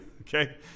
okay